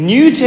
New